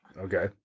okay